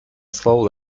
slow